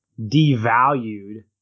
devalued